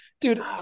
dude